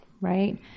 right